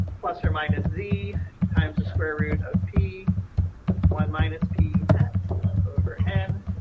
plus or minus z times square root of p one minus p over n.